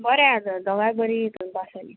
बरें आसा तर दोगांय बरी हेतून पास जाली